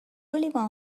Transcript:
لیوان